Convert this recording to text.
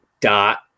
dot